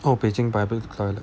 oh beijing public 的 toilet